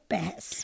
Pass